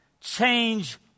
change